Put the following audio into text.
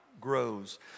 grows